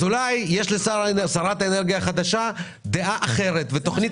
אז אולי יש לשרת האנרגיה החדשה דעה אחרת ותוכנית